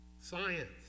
Science